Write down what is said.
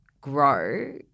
grow